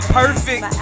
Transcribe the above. perfect